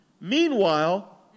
meanwhile